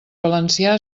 valencià